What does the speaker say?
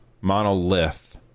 Monolith